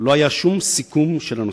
לא היה שום סיכום של הנושא.